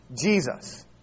Jesus